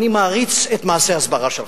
אני מעריץ את מעשי ההסברה שלך,